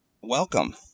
welcome